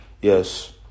Yes